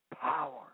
power